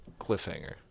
cliffhanger